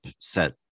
set